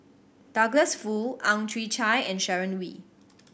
Douglas Foo Ang Chwee Chai and Sharon Wee